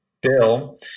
bill